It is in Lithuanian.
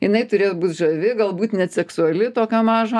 jinai turės būt žavi galbūt net seksuali tokio mažo